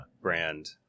Brand